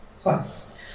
plus